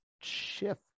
shift